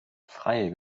freie